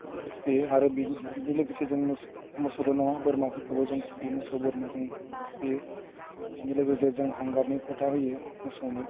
थुखैयो आरो बिनि बिनि लोगोसे जों मोस मोसौल' नङा बोरमाफोरखौबो जों थुखैयो मोसौ बोरमा जों थुखैयो बिनि लोगोसे जों हांगारनि पथा होयो मोसौनो